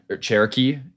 Cherokee